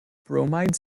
bromide